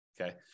Okay